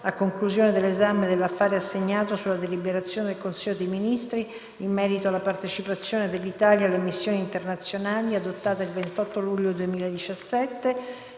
a conclusione dell'esame dell'affare assegnato sulla deliberazione del Consiglio dei ministri in ordine alla partecipazione dell'Italia a missioni internazionali, adottata il 28 luglio 2017